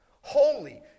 Holy